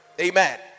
Amen